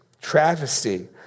travesty